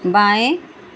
बाएँ